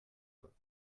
pas